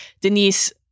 Denise